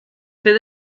fet